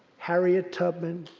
harriet tubman,